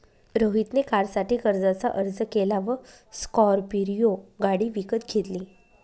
रोहित ने कारसाठी कर्जाचा अर्ज केला व स्कॉर्पियो गाडी विकत घेतली